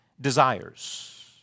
desires